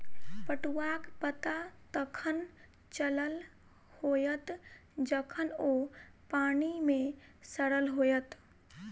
पटुआक पता तखन चलल होयत जखन ओ पानि मे सड़ल होयत